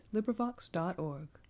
LibriVox.org